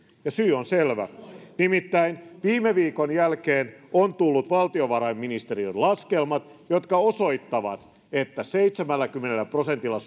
ja syy on selvä nimittäin viime viikon jälkeen on tullut valtiovarainministeriön laskelmat jotka osoittavat että seitsemälläkymmenellä prosentilla